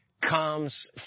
comes